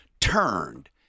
turned